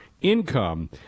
income